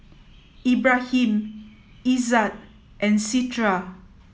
Ibrahim Izzat and Citra